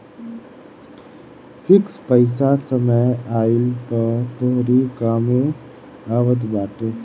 fix पईसा समय आईला पअ तोहरी कामे आवत बाटे